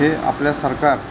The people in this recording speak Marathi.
हे आपल्या सरकार